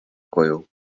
koju